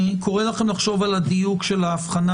אני קורא לכם לחשוב על הדיוק של ההבחנה